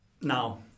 Now